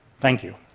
thank you.